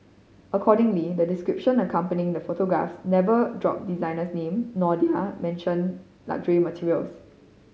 accordingly the description accompanying the photographs never drop designers name nor they are mention luxury materials